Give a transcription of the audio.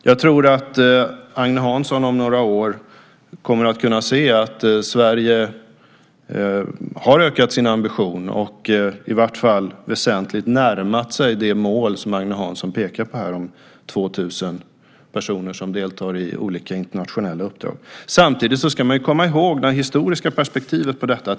Jag tror att Agne Hansson om några år kommer att kunna se att Sverige har ökat sin ambition och i vart fall väsentligt närmat sig det mål som Agne Hansson pekar på om 2 000 personer som deltar i olika internationella uppdrag. Samtidigt ska man komma ihåg det historiska perspektivet på detta.